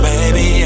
Baby